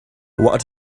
what